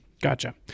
Gotcha